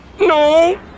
No